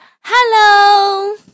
Hello